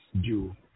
due